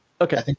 okay